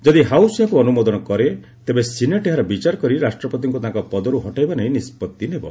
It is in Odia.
ଯଦି ହାଉସ୍ ଏହାକୁ ଅନୁମୋଦନ କରେ ତେବେ ସିନେଟ ଏହାର ବିଚାର କରି ରାଷ୍ଟ୍ରପତିଙ୍କୁ ତାଙ୍କ ପଦରୁ ହଟାଇବା ନେଇ ନିଷ୍ପଭି ନେବ